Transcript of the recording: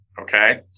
okay